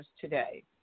today